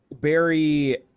Barry